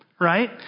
Right